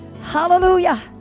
hallelujah